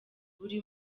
buri